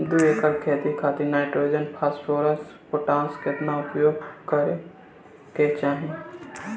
दू एकड़ खेत खातिर नाइट्रोजन फास्फोरस पोटाश केतना उपयोग करे के चाहीं?